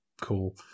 cool